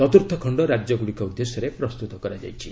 ଚତୁର୍ଥ ଖଣ୍ଡ ରାଜ୍ୟଗୁଡ଼ିକ ଉଦ୍ଦେଶ୍ୟରେ ପ୍ରସ୍ତୁତ କରାଯାଇଛି